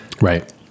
Right